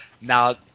Now